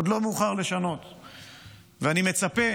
ואני מצפה